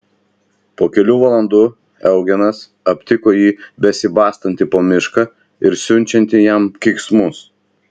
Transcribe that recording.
po kelių valandų eugenas aptiko jį besibastantį po mišką ir siunčiantį jam keiksmus